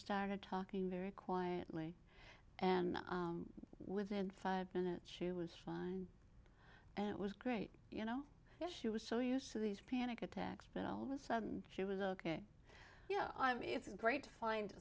started talking very quietly and within five minutes she was fine and it was great you know yes she was so used to these panic attacks but all of a sudden she was ok yeah i mean it's great to find